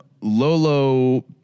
Lolo